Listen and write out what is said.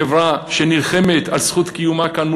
חברה שנלחמת על זכות קיומה כאן,